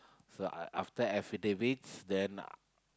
so I after affidavits then I